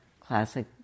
classic